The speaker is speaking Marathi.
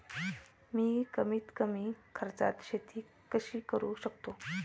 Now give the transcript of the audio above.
मी कमीत कमी खर्चात शेती कशी करू शकतो?